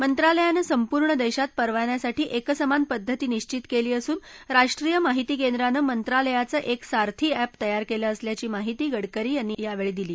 मंत्रालयानं संपूर्ण देशात परवान्यासाठी एकसमान पद्धती निश्वित केली असून राष्ट्रीय माहिती केंद्रानं मंत्रालयाचं एक सारथी अॅप तयार केलं असल्याची माहिती गडकरी यांनी यावेळी दिली